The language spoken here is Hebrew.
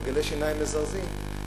גלגלי שיניים מזרזים,